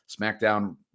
SmackDown